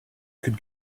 could